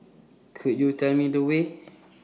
Could YOU Tell Me The Way